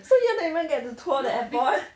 so you all never even get to tour the airport